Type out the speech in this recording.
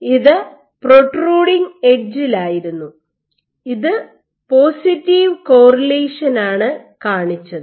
ഇത് പ്രൊട്രൂഡിങ് എഡ്ജിലായിരുന്നു ഇത് പോസിറ്റീവ് കോറിലേഷനാണ് കാണിച്ചത്